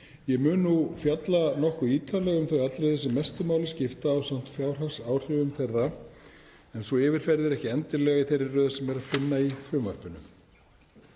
Ég mun nú fjalla nokkuð ítarlega um þau atriði sem mestu máli skipta ásamt fjárhagsáhrifum þeirra en sú yfirferð er ekki endilega í þeirri röð sem er að finna í frumvarpinu.